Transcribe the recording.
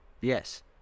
Yes